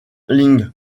ling